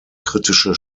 kritische